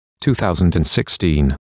2016